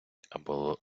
або